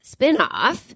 spinoff